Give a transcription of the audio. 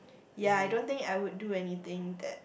ya I don't think I would do anything that